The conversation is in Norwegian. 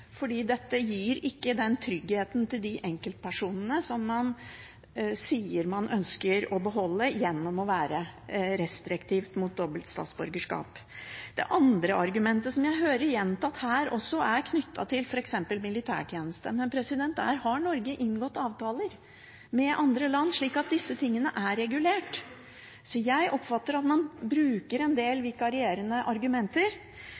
dette gir ikke den tryggheten til de enkeltpersonene man sier man ønsker å beholde, gjennom å være restriktiv med dobbelt statsborgerskap. Det andre argumentet, som jeg hører gjentatt her også, er knyttet til f.eks. militærtjeneste, men der har Norge inngått avtaler med andre land, så disse tingene er regulert. Jeg oppfatter at man bruker en del vikarierende argumenter.